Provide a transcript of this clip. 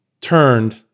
turned